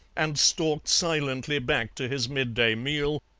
and stalked silently back to his midday meal,